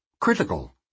Critical